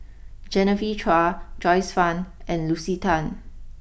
Genevieve Chua Joyce Fan and Lucy Tan